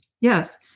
yes